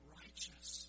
righteous